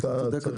צודק אדוני.